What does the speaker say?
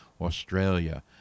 Australia